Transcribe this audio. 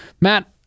Matt